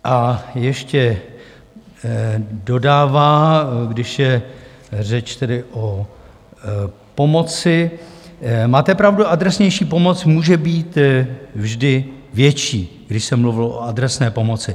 A ještě dodává, když je řeč tedy o pomoci: Máte pravdu, adresnější pomoc může být vždy větší, když se mluvilo o adresné pomoci.